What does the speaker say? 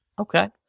Okay